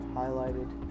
highlighted